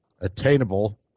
attainable